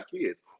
kids